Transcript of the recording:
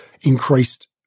increased